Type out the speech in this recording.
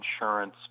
insurance